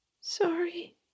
sorry